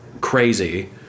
crazy